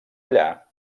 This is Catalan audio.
allà